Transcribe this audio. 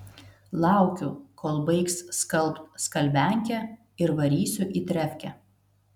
laukiu kol baigs skalbt skalbiankė ir varysiu į trefkę